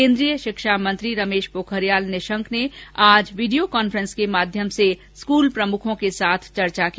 केंद्रीय शिक्षा मंत्री रमेश पोखरियाल निशंक ने आज वीडियो कॉन्फ्रेंसिंग के माध्यम से स्कूल प्रमुखों के साथ चर्चा की